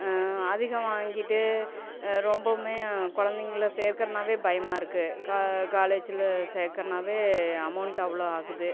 அதிகம் வாங்கிட்டு ரொம்பவுமே கொழந்தைங்கள சேர்க்குறனாவே பயமாக இருக்குது கா காலேஜில் சேர்க்குறனாவே அமௌண்ட் அவ்வளோ ஆகுது